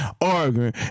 arguing